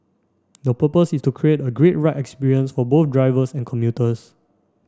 the purpose is to create a great ride experience for both drivers and commuters